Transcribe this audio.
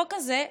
החוק הזה,